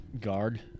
guard